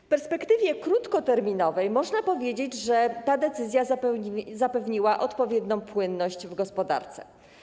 W perspektywie krótkoterminowej można powiedzieć, że ta decyzja zapewniła odpowiednią płynność w gospodarce.